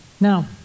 Now